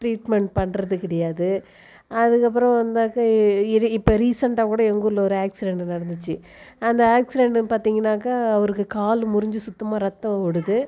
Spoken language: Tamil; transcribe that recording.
ட்ரீட்மெண்ட் பண்ணுறது கிடையாது அதுக்கப்புறம் வந்தாக்கா இ இப்போ ரீசன்ட்டாக கூட எங்கள் ஊரில் ஒரு ஆக்சிடண்ட் நடந்துச்சு அந்த ஆக்சிடண்ட்டுனு பார்த்தீங்கன்னாக்கா அவருக்கு காலு முறிஞ்சு சுத்தமாக ரத்தம் ஓடுது